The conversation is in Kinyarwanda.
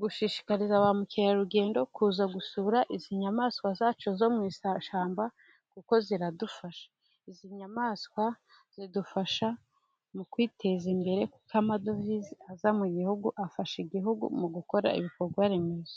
gushishikariza ba mukerarugendo kuza gusura izi nyamaswa zacu zo mu ishyamba, kuko ziradufasha, izi nyamaswa zidufasha mu kwiteza imbere kuko amadovize aza mu gihugu, afasha igihugu mu gukora ibikorwa remezo.